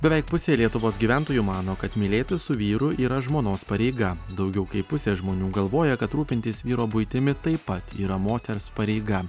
beveik pusė lietuvos gyventojų mano kad mylėtis su vyru yra žmonos pareiga daugiau kaip pusė žmonių galvoja kad rūpintis vyro buitimi taip pat yra moters pareiga